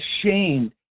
ashamed